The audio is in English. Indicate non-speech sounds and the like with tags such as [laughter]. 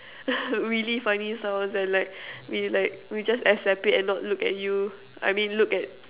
[laughs] really funny sounds and like we like we just accept it and not look at you I mean look at